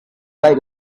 baik